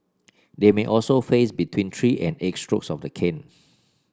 they may also face between three and eight strokes of the cane